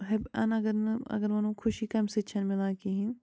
اگر نہٕ اگر وَنو خوشی کَمہِ سۭتۍ چھَنہٕ مِلان کِہیٖنۍ